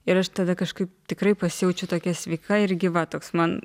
ir aš tada kažkaip tikrai pasijaučiu tokia sveika ir gyva toks man